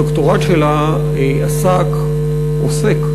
הדוקטורט שלה עסק, עוסק,